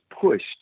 pushed